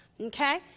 okay